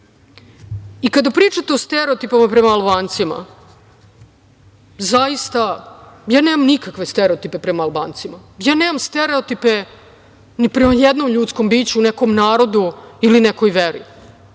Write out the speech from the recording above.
pričate o stereotipima prema Albancima, zaista, ja nemam nikakve stereotipe prema Albancima, ja nemam stereotipe ni prema jednom ljudskom biću, nekom narodu, ili nekoj veri. Imam